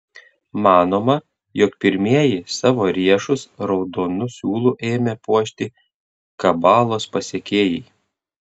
manoma jog pirmieji savo riešus raudonu siūlu ėmė puošti kabalos pasekėjai